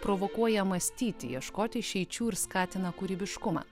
provokuoja mąstyti ieškoti išeičių ir skatina kūrybiškumą